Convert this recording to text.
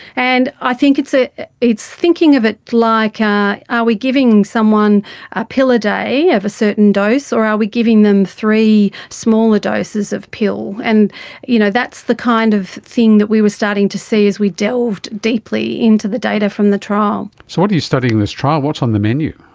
and i think it's ah it's thinking of it like ah are we giving someone a pill a day of a certain dose, or are we giving them three smaller doses of pill. and you know that's the kind of thing that we were starting to see as we delved deeply into the data from the trial. so what are you studying in this trial, what's on the menu?